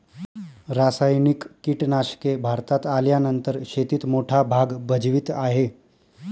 रासायनिक कीटनाशके भारतात आल्यानंतर शेतीत मोठा भाग भजवीत आहे